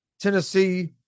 Tennessee –